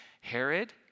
Herod